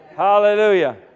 Hallelujah